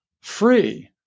free